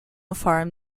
farm